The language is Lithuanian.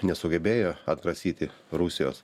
nesugebėjo atgrasyti rusijos